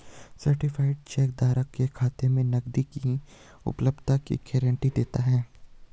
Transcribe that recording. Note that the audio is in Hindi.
सर्टीफाइड चेक धारक के खाते में नकदी की उपलब्धता की गारंटी देता है